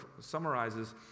summarizes